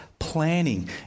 Planning